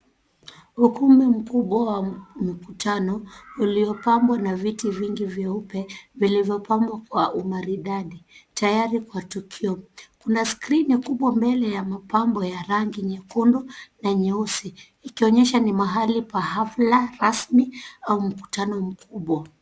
Ukumbi mkubwa wa mkutano uliopangwa na viti vingi vyeupe vilivyopangwa kwa umaridadi tayari kwa tukio kuna skrini kubwa mbele ya mapambo ya rangi nyekundu na nyeusi ikionyesha ni mahali pa hafla rasmi au mkutano mkubwa.